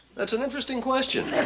that's an interesting question.